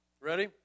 Ready